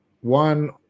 one